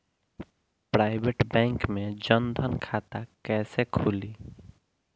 Private bank मे जन धन खाता कैसे खुली?